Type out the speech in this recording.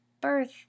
birth